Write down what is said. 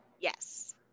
yes